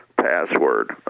password